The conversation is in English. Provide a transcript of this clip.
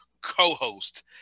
co-host